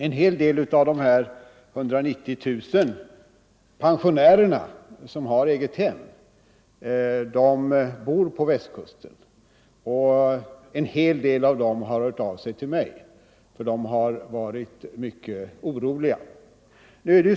En del av de 190 000 pensionärer som har eget hem bor på Västkusten, och en hel del av dessa har hört av sig till mig därför att de varit mycket oroliga.